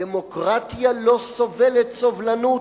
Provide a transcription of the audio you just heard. דמוקרטיה לא סובלת סובלנות,